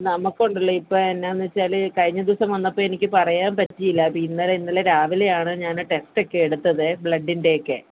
നമുക്ക് ഉണ്ടല്ലോ ഇപ്പോൾ എന്നാന്ന് വെച്ചാൽ കഴിഞ്ഞദിവസം വന്നപ്പം എനിക്ക് പറയാൻ പറ്റിയില്ല അപ്പം ഇന്നലെ ഇന്നലെ രാവിലെയാണ് ഞാൻ ടെസ്റ്റ് ഒക്കെ എടുത്തേക്കുന്നത് ബ്ലഡിന്റെ ഒക്കെ